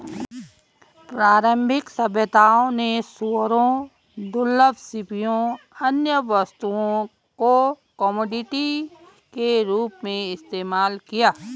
प्रारंभिक सभ्यताओं ने सूअरों, दुर्लभ सीपियों, अन्य वस्तुओं को कमोडिटी के रूप में इस्तेमाल किया